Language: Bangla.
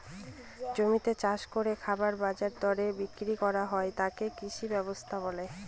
জমিতে চাষ করে খাবার বাজার দরে বিক্রি করা হয় তাকে কৃষি ব্যবস্থা বলে